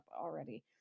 already